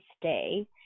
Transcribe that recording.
stay